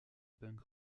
punk